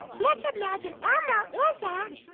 let's imagine elmo is a